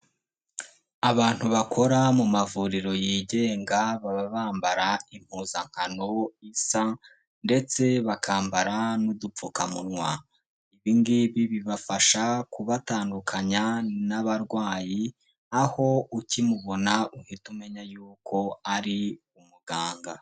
Abantu bakora mu mavuriro yigenga baba bambara impuzankano isa ndetse bakambara n'udupfukamunwa, ibi ngibi bibafasha kubatandukanya n'abarwayi, aho ukimubona uhita umenya yuko ari umuganga.